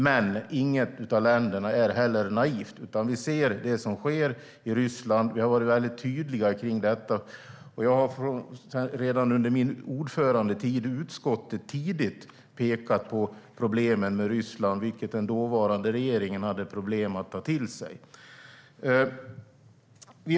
Men inget av länderna är heller naivt, utan vi ser det som sker i Ryssland. Vi har varit mycket tydliga med det. Redan tidigt under min ordförandetid i utskottet pekade jag på problemen med Ryssland, vilket den dåvarande regeringen hade problem med att ta till sig.